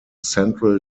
central